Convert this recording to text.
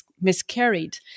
miscarried